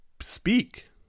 speak